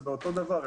זה אותו דבר.